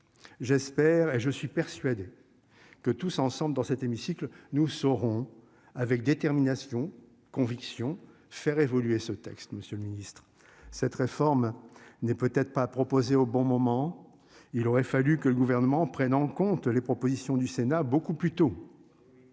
J'espère et je suis persuadé. Que tous ensemble dans cet hémicycle, nous saurons avec détermination conviction faire évoluer ce texte, Monsieur le Ministre, cette réforme n'est peut-être pas proposer au bon moment. Il aurait fallu que le gouvernement prenne en compte les propositions du Sénat beaucoup plus tôt.